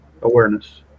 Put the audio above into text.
awareness